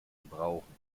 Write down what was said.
gebrauchen